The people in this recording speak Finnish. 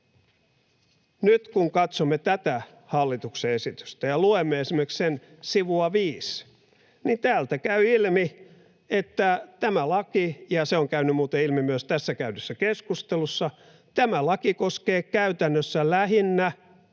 Nyt kun katsomme tätä hallituksen esitystä ja luemme esimerkiksi sen sivua 5, niin täältä käy ilmi — ja se on käynyt muuten ilmi myös tässä käydyssä keskustelussa — että tämä laki koskee käytännössä lähinnä